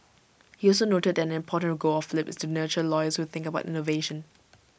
he also noted that an important goal of flip is to nurture lawyers who think about innovation